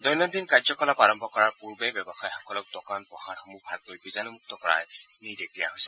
দৈনদ্দিন কাৰ্যকলাপ আৰম্ভ কৰাৰ পূৰ্বে ব্যৱসায়ীসকলক দোকান পোহাৰসমূহ ভালকৈ বীজাণুমুক্ত কৰণৰ নিৰ্দেশ দিয়া হৈছে